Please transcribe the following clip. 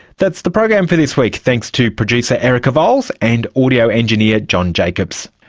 that's the program for this week. thanks to producer erica vowles and audio engineer john jacobs.